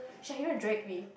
Shahirah dragged me